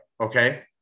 okay